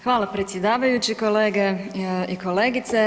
Hvala predsjedavajući, kolege i kolegice.